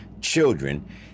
children